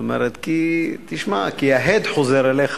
כי ההד חוזר אליך